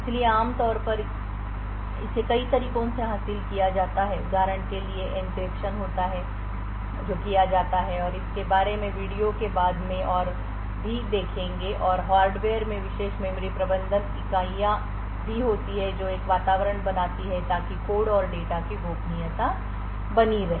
इसलिए आम तौर पर इसे कई तरीकों से हासिल किया जाता है उदाहरण के लिए एन्क्रिप्शन होता है जो किया जाता है और इसके बारे में वीडियो में बाद में और भी देखेंगे और हार्डवेयर में विशेष मेमोरी प्रबंधन इकाइयाँ भी होती हैं जो एक वातावरण बनाती है ताकि कोड और डेटा की एन्क्लेव में गोपनीयता बनी रहे